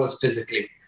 physically